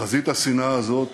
חזית השנאה הזאת